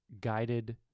guided